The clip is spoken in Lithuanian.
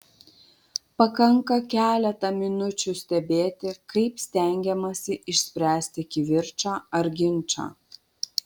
pakanka keletą minučių stebėti kaip stengiamasi išspręsti kivirčą ar ginčą